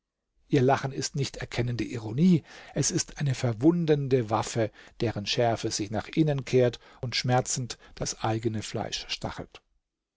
ihr lachen ist nicht erkennende ironie es ist eine verwundende waffe deren schärfe sich nach innen kehrt und schmerzend das eigene fleisch stachelt